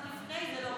גם לפני זה,